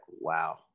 wow